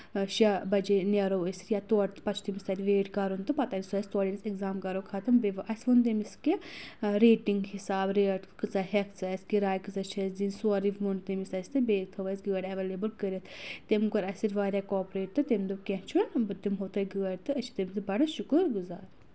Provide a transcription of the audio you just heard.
شےٚ بجے نیرو أسۍ یا تورٕ تہٕ پَتہٕ چھِ تٔمِس تَتہِ ویٹ کَرُن تہٕ پَتہٕ اَتہِ سُہ اَسہِ توڑٕ أسۍ اؠگزام کرو ختم بیٚیہِ اَسہِ ووٚن تٔمِس کہِ ریٹِنٛگ حِساب ریٹ کۭژاہ ہؠکھ ژٕ اَسہِ کِراے کۭژاہ چھےٚ اَسہِ دِنۍ سورُے ووٚن تٔمِس اَسہِ تہٕ بیٚیہِ تھوٚو اَسہِ گٲڑۍ ایویلیبٕل کٔرِتھ تٔمۍ کوٚر اَسہِ اَتہِ واریاہ کاپریٹ تہٕ تمہِ دوٚپ کینٛہہ چھُنہٕ بہٕ تِمو تۄہہِ گٲڑۍ تہٕ أسۍ چھِ تٔمِس تہِ بڑٕ شُکُر گُزار